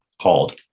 called